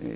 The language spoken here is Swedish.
kr.